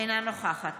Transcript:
אינה נוכחת